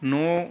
ਨੌਂ